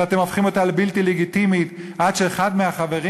שאתם הופכים אותה לבלתי לגיטימית עד שאחד מהחברים